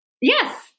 Yes